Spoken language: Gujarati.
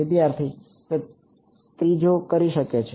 વિદ્યાર્થી તે ત્રીજો કરી શકે છે